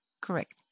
Correct